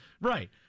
Right